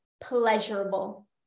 pleasurable